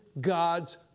God's